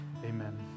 Amen